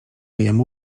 jemu